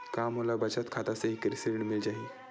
का मोला बचत खाता से ही कृषि ऋण मिल जाहि?